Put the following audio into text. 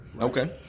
Okay